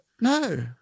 No